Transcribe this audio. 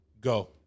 Go